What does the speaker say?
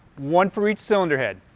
one for each cylinder head.